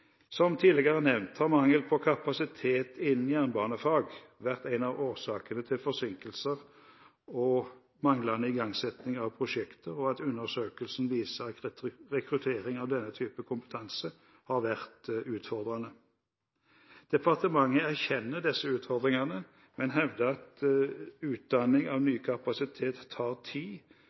som er utført. Som tidligere nevnt har mangel på kapasitet innen jernbanefag vært en av årsakene til forsinkelser og manglende igangsetting av prosjekter, og undersøkelsen viser at rekruttering av denne type kompetanse har vært utfordrende. Departementet erkjenner disse utfordringene, men hevder at utdanning av ny kapasitet tar tid,